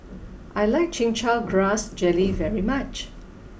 I like Chin Chow Grass Jelly very much